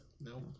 No